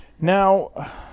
Now